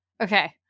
Okay